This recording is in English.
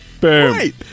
Boom